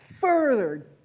further